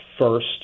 first